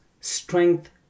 strength